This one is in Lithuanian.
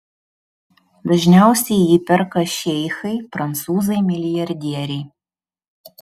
dažniausiai jį perka šeichai prancūzai milijardieriai